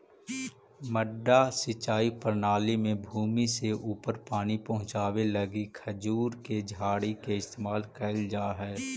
मड्डा सिंचाई प्रणाली में भूमि से ऊपर पानी पहुँचावे लगी खजूर के झाड़ी के इस्तेमाल कैल जा हइ